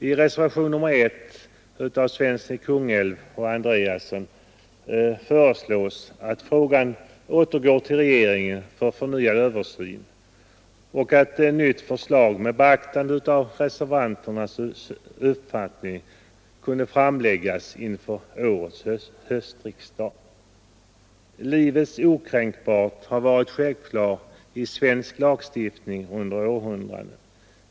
I reservationen 1 av herrar Svensson i Kungälv och Andreasson i Östra Ljungby föreslås att frågan återgår till regeringen för förnyad översyn och ett nytt förslag med beaktande av reservanternas uppfattning framläggs inför årets höstriksdag. Livets okränkbarhet har varit självklar i svensk lagstiftning under århundraden.